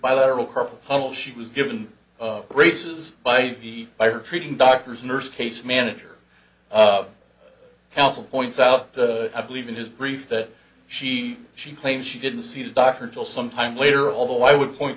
bilateral carpal tunnel she was given races by the by her treating doctors nurse case manager counsel points out i believe in his grief that she she claims she didn't see the doctor until some time later although i would point